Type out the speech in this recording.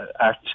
act